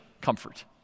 comfort